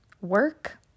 work